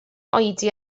oedi